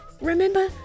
remember